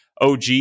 OG